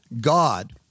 God